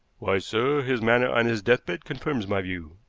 why, sir, his manner on his deathbed confirms my view,